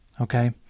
okay